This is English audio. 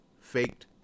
faked